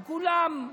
הם כולם,